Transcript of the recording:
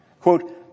quote